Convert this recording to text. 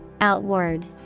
OUTWARD